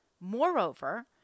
Moreover